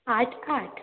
आट आट